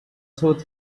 should